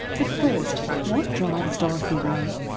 but first, what drives dorothy rowe?